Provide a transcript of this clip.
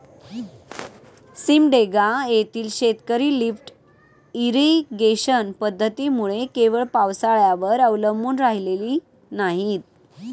सिमडेगा येथील शेतकरी lift irrigation पद्धतीमुळे केवळ पावसाळ्यावर अवलंबून राहिलेली नाहीत